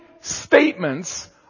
statements